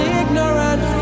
ignorant